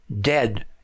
dead